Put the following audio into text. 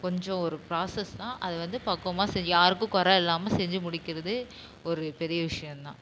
கொஞ்சம் ஒரு ப்ராசஸ் தான் அது வந்து பக்குவமாக செ யாருக்கும் கொறை இல்லாமல் செஞ்சு முடிக்கிறது ஒரு பெரிய விஷயம் தான்